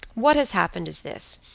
what has happened is this.